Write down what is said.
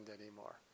anymore